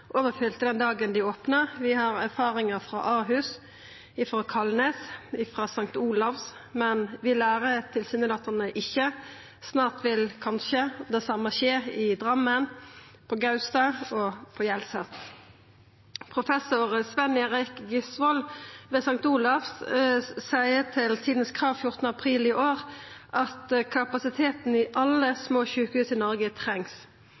overfylte den dagen dei opnar. Vi har erfaringar frå Ahus, frå Kalnes og frå St. Olavs hospital, men vi lærer tilsynelatande ikkje. Snart vil kanskje det same skje i Drammen, på Gaustad og på Hjelset. Professor Sven Erik Gisvold ved St. Olavs hospital seier til Tidens Krav 14. april i år at kapasiteten ved alle små sjukehus i Noreg trengst.